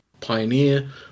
pioneer